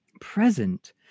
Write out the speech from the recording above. present